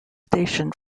station